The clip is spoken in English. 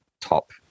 top